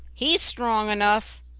he's strong enough.